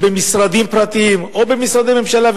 במשרדים פרטיים או במשרדי ממשלה,